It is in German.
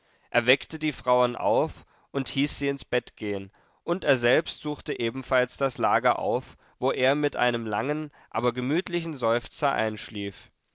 weckte die frauen auf und hieß sie ins bett gehen und er selbst suchte ebenfalls das lager auf wo er mit einem langen aber gemütlichen seufzer einschlief